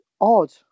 odd